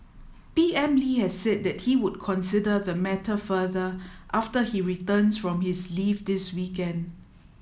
P M Lee has said that he would consider the matter further after he returns from his leave this weekend